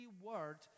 word